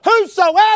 Whosoever